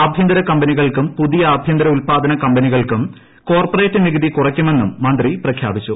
ആഭ്യന്തര കമ്പനികൾക്കും പുതിയ ആഭ്യന്തര ഉത്പാദന കമ്പനികൾക്കും കോർപറേറ്റ് നികുതി കുറയ്ക്കുമെന്നും മന്ത്രി പ്രഖ്യാപിച്ചു